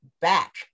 back